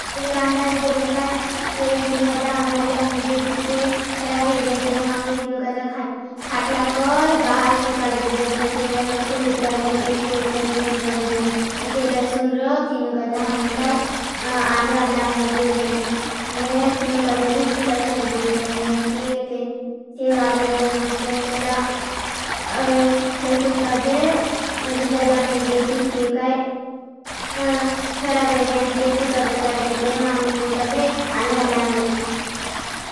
तीनुका जा आदाहर लाम में देछी छे खरा भेजाए तीनुका जा खातला पर बाहर सुखार देजाए। तीनुका जा खुल तरागजान एक के उपर एक निरोन देजाए। जे लेसून रो तीनुका जा हम का आदाहर लाम में देजाए। तीनुका जा भी खुला चूर देजाए। तीनुका जा आदाहर लाम में देजाए। अगर लेसून का जा वीजा लाम में देजी छे खरा भेजाए। तीनुका जा आदाहर लाम में देजाए।